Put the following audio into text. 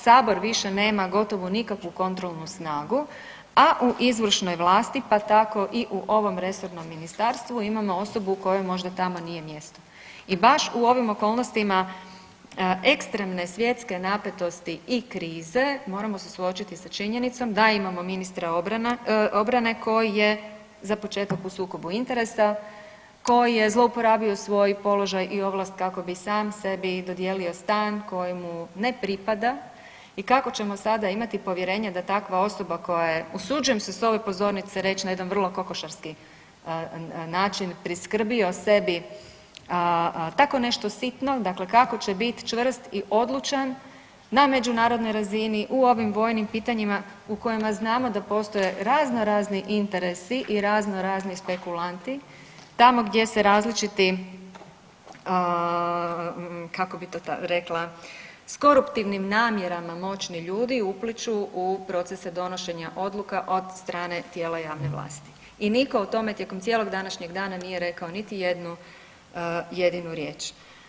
Sabor više nema gotovo nikakvu kontrolnu snagu, a u izvršnoj vlasti, pa tako i u ovom resornom ministarstvu imamo osobu kojoj možda tamo nije mjesto i baš u ovim okolnostima ekstremna svjetske napetosti i krize moramo se suočiti sa činjenicom da imamo ministra obrane koji je za početak u sukobu interesa, koji je zlouporabio svoj položaj i ovlast kako bi sam sebi dodijelio stan koji mu ne pripada i kako ćemo sada imati povjerenje da takva osoba koja je, usuđujem se s ove pozornice reć, na jedan vrlo kokošarski način priskrbio sebi tako nešto sitno, dakle kako će bit čvrst i odlučan na međunarodnoj razini u ovim vojnim pitanjima u kojima znamo da postoje razno razni interesi i razno razni spekulanti tamo gdje su različiti, kako bi to rekla, s koruptivnim namjerama moćni ljudi upliću u procese donošenja odluka od strane tijela javne vlasti i niko o tome tijekom cijelog današnjeg dana nije rekao niti jednu jedinu riječ.